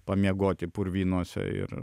pamiegoti purvynuose ir